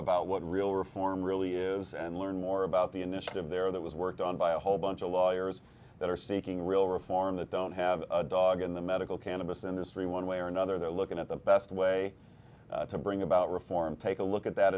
about what real reform really is and learn more about the initiative there that was worked on by a whole bunch of lawyers that are seeking real reform that don't have a dog in the medical cannabis industry one way or another they're looking at the best way to bring about reform take a look at that